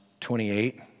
28